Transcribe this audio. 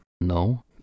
No